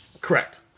correct